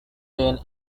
then